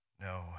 no